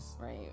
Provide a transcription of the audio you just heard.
Right